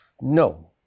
No